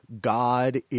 God